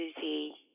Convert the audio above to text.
Susie